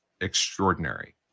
extraordinary